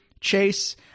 chase